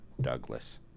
Douglas